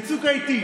בצוק העיתים,